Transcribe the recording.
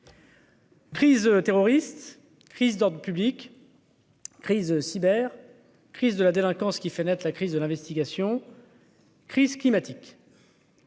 Crise terroriste crise dans le public. Crise cyber, crise de la délinquance qui fait naître la crise de l'investigation. Crise climatique.